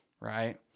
right